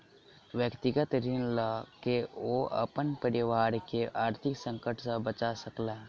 व्यक्तिगत ऋण लय के ओ अपन परिवार के आर्थिक संकट से बचा सकला